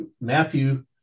matthew